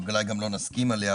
אולי גם לא נסכים עליה,